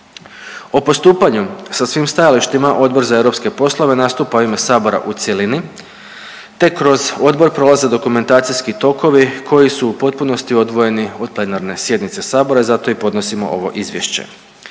O postupanju sa svim stajalištima Odbor za europske poslove nastupa u ime Sabora u cjelini, te kroz odbor prolaze dokumentacijski tokovi koji su u potpunosti odvojeni od plenarne sjednice Sabora i zato i podnosimo ovo izvješće.